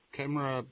camera